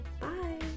Bye